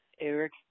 Eric